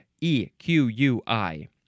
E-Q-U-I